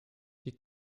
die